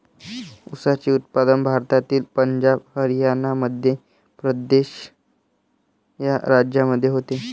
ऊसाचे उत्पादन भारतातील पंजाब हरियाणा मध्य प्रदेश या राज्यांमध्ये होते